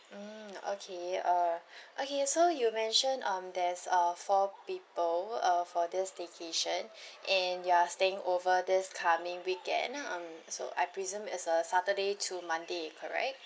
mm okay uh okay so you mentioned um there's uh four people uh for this vacation and you are staying over this coming weekend ah mm so I presume it's a saturday to monday correct